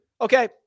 Okay